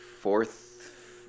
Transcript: fourth